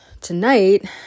tonight